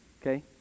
Okay